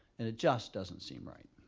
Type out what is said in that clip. and it just doesn't seem right.